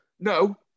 No